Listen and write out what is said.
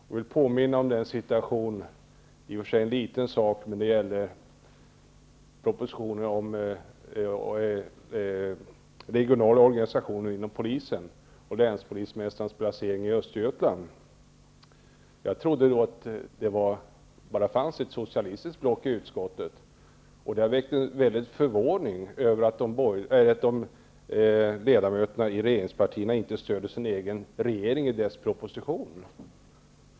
Jag vill påminna om en annan situation, i och för sig en liten sak, men den gällde en proposition om regionala organisationer inom polisen och länspolismästarens placering i Östergötland. Jag trodde att det bara fanns ett socialistiskt block i utskottet. Det har väckt stor förvåning att ledamöterna i regeringspartierna inte stödjer sin egen regering i dess propositioner.